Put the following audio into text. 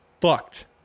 fucked